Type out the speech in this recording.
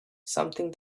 something